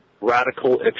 radical